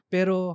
Pero